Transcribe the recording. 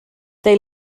they